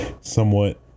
somewhat